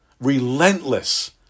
relentless